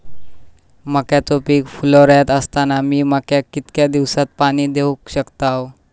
मक्याचो पीक फुलोऱ्यात असताना मी मक्याक कितक्या दिवसात पाणी देऊक शकताव?